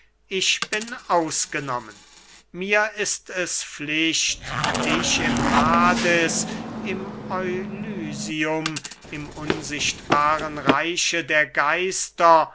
ich bin ausgenommen mir ist es pflicht dich im hades im elysium im unsichtbaren reiche der geister